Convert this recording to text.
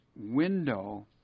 window